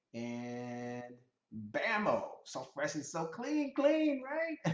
and bammo! so fresh and so clean, clean, right?